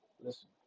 Listen